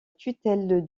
tutelle